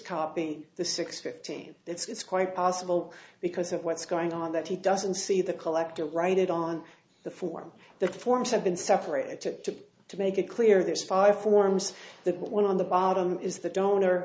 copy the six fifteen it's quite possible because of what's going on that he doesn't see the collector write it on the form the forms have been separated to to make it clear there's five forms the one on the bottom is the donor